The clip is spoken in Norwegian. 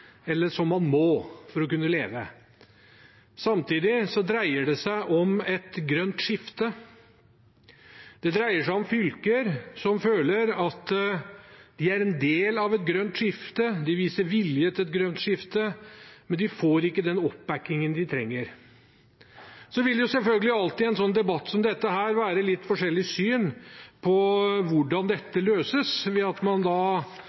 eller som han må for å kunne leve. Samtidig dreier det seg om et grønt skifte. Det dreier seg om fylker som føler at de er en del av et grønt skifte, de viser vilje til et grønt skifte, men de får ikke den oppbakkingen de trenger. Det vil selvfølgelig alltid i en sånn debatt som dette være litt forskjellige syn på hvordan dette løses, ved at man da